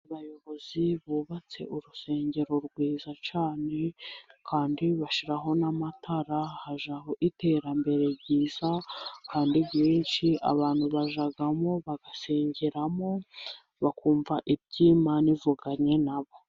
Abayobozi bubatse urusengero rwiza cyane kandi bashyiraho n'amatara. Hajyaho iterambere ryiza kandi ryinshi. Abantu bajyamo bagasengeramo, bakumva ibyo imana ivuganye na bo.